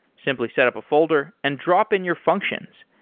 simply set up a folder and drop in your functions.